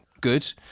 good